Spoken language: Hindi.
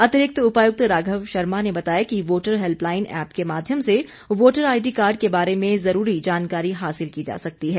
अतिरिक्त उपायुक्त राघव शर्मा ने बताया कि वोटर हेल्पलाइन एप के माध्यम से वोटर आईडी कार्ड के बारे में जरूरी जानकारी हासिल की जा सकती है